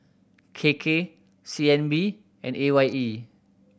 K K C N B and A Y E